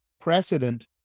precedent